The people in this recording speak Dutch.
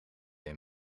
een